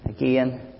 again